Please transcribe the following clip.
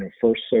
First